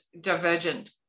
divergent